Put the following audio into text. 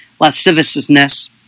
lasciviousness